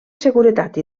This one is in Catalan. seguretat